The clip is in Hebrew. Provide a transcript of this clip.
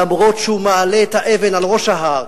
אף-על-פי שהוא מעלה את האבן אל ראש ההר,